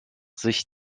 sich